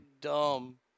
dumb